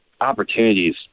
opportunities